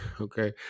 okay